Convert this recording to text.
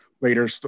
later